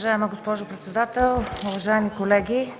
Уважаема госпожо председател, уважаеми колеги!